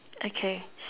okay